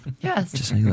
Yes